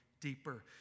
deeper